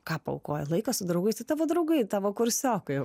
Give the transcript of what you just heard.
ką paaukoji laiką su draugais tavo draugai tavo kursiokai